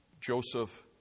Joseph